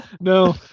No